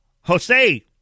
Jose